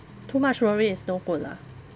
too much worry is no good lah